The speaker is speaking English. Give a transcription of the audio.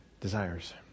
desires